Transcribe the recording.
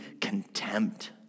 contempt